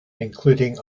including